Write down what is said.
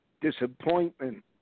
disappointment